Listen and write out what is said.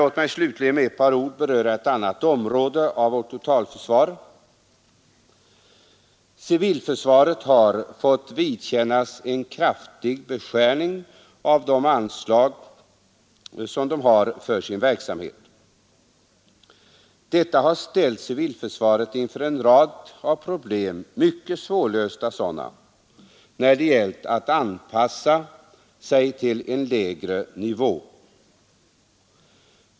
Låt mig slutligen med ett par ord beröra ett annat område av vårt totalförsvar. Civilförsvaret har fått vidkännas en kraftig beskärning av anslagen för sin verksamhet. Detta har ställt civilförsvaret inför en rad problem, mycket svårlösta sådana när det gällt att anpassa sig till en lägre nivå.